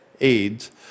AIDS